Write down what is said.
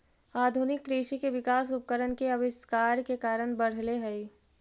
आधुनिक कृषि के विकास उपकरण के आविष्कार के कारण बढ़ले हई